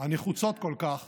הנחוצות כל כך